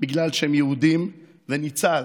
בגלל שהם יהודים, וניצל